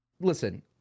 Listen